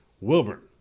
Wilburn